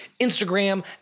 Instagram